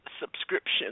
subscription